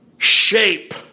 shape